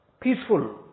peaceful